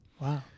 Wow